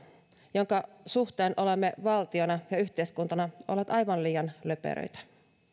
jonka suhteen olemme valtiona ja yhteiskuntana olleet aivan liian löperöitä